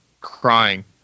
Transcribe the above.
crying